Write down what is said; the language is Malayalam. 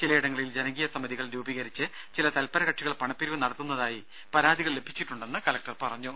ചിലയിടങ്ങളിൽ ജനകീയ സമിതികൾ രൂപീകരിച്ച് ചില തത്പരകക്ഷികൾ പണപ്പിരിവ് നടത്തുന്നതായി പരാതികൾ ലഭിച്ചിട്ടുണ്ടെന്നും കലക്ടർ പറഞ്ഞു